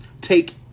Take